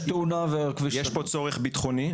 תאונה והכביש --- יש פה צורך ביטחוני,